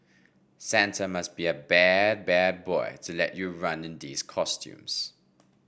Santa must be a bad bad boy to let you run in these costumes